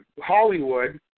Hollywood